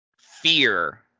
fear